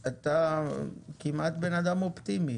אתה כמעט בן אדם אופטימי.